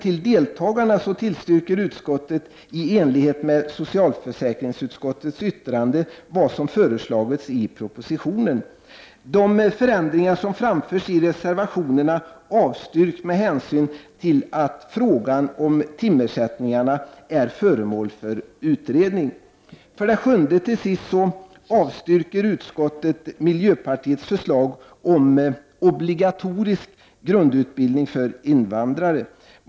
För det sjätte tillstyrker utskottet i enlighet med socialförsäkringsutskottets yttrande vad som föreslagits i propositionen beträffande ersättning till deltagarna. De förändringar som framförs i reservationerna avstyrks med hänsyn till att frågan om timersättningarna är föremål för utredning. För det sjunde avstyrker utskottet miljöpartiets förslag om obligatorisk grundutbildning för invandrare.